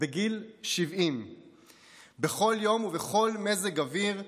בגיל 70. בכל יום ובכל מזג אוויר,